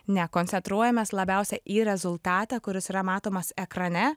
ne koncentruojamės labiausia į rezultatą kuris yra matomas ekrane